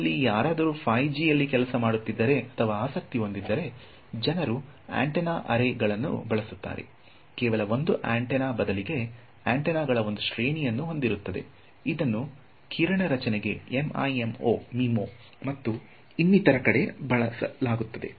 ನಿಮ್ಮಲ್ಲಿ ಯಾರಾದರೂ 5 ಜಿ ಯಲ್ಲಿ ಕೆಲಸ ಮಾಡುತ್ತಿದ್ದರೆ ಅಥವಾ ಆಸಕ್ತಿ ಹೊಂದಿದ್ದರೆ ಜನರು ಆಂಟೆನಾ ಅರೇಗಳನ್ನು ಬಳಸುತ್ತಾರೆ ಕೇವಲ ಒಂದು ಆಂಟೆನಾ ಬದಲಿಗೆ ಆಂಟೆನಾಗಳ ಒಂದು ಶ್ರೇಣಿಯನ್ನು ಹೊಂದಿರುತ್ತದೆ ಇದನ್ನು ಕಿರಣ ರಚನೆಗೆ MIMO ಮತ್ತು ಇನ್ನಿತರ ಕಡೆ ಬಳಸಲಾಗುತ್ತದೆ